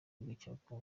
bw’igihugu